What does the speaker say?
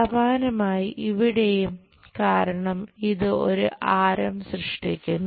സമാനമായി ഇവിടെയും കാരണം ഇത് ഒരു ആരം സൃഷ്ടിക്കുന്നു